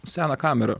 seną kamerą